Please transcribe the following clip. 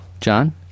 John